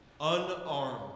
unarmed